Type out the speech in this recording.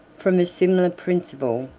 from a similar principle,